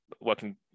working